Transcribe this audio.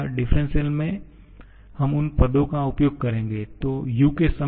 differential में हम उन पदों का उपयोग करेंगे जो U के समीप हैं